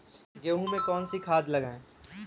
गेहूँ में कौनसी खाद लगाएँ?